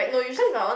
cause